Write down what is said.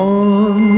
on